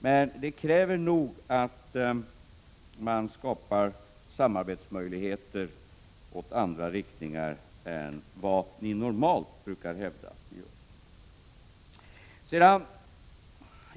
Men det arbetet kräver nog att man skapar samarbetsmöjligheter i andra riktningar än vad ni normalt brukar hävda.